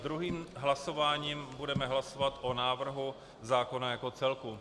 Druhým hlasováním budeme hlasovat o návrhu zákona jako celku.